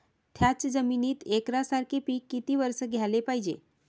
थ्याच जमिनीत यकसारखे पिकं किती वरसं घ्याले पायजे?